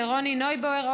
לרוני נויבואר,